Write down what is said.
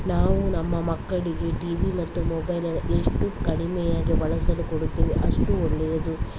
ನಾವು ನಮ್ಮ ಮಕ್ಕಳಿಗೆ ಟಿವಿ ಮತ್ತು ಮೊಬೈಲ್ ಎಷ್ಟು ಕಡಿಮೆಯಾಗಿ ಬಳಸಲು ಕೊಡುತ್ತೇವೋ ಅಷ್ಟು ಒಳ್ಳೆಯದು